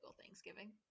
Thanksgiving